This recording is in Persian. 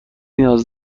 نیاز